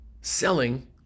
selling